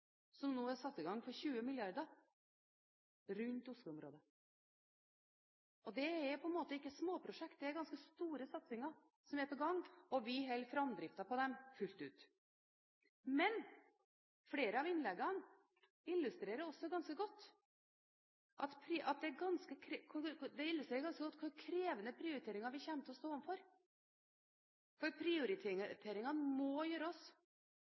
som nå er satt i gang rundt Oslo-området. Og det er ikke småprosjekter, det er ganske store satsinger som er på gang. Vi holder framdriften på dem, fullt ut. Flere av innleggene illustrerer også ganske godt hvilke krevende prioriteringer vi kommer til å stå overfor, for prioriteringer må gjøres.